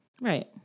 Right